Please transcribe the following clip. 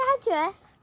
address